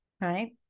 right